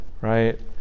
Right